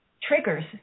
triggers